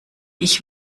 ich